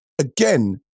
again